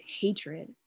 hatred